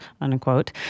unquote